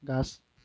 গছ